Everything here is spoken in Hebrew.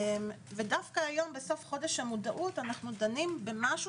דווקא היום בסוף חודש המודעות אנו דנים במשהו